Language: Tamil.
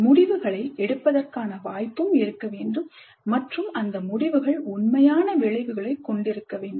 முடிவுகளை எடுப்பதற்கான வாய்ப்பும் இருக்க வேண்டும் மற்றும் அந்த முடிவுகள் உண்மையான விளைவுகளைக் கொண்டிருக்க வேண்டும்